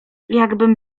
jakbym